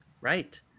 Right